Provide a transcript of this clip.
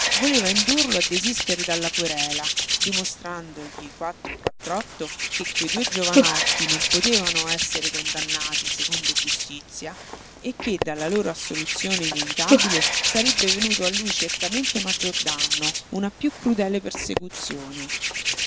voleva indurlo a desistere dalla querela dimostrandogli quattro e quattr'otto che quei due giovanotti non potevano essere condannati secondo giustizia e che dalla loro assoluzione inevitabile sarebbe venuto a lui certamente maggior danno una piú crudele persecuzione